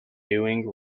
doing